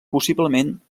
possiblement